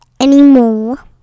anymore